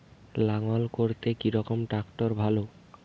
লাঙ্গল করতে কি রকম ট্রাকটার ভালো?